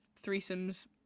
threesomes